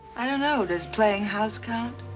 i don't know. does playing house count?